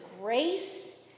grace